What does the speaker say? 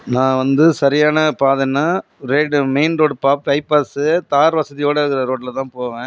நான் வந்து சரியான பாதைன்னா ரேடு மெயின் ரோடுப்பா பைபாஸ் தார் வசதியோடு இருக்கிற ரோட்டில்தான் போவேன்